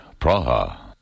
Praha